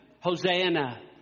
Hosanna